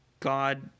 God